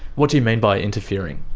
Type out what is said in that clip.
what do you mean by interfering?